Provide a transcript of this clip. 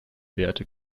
währte